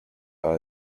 are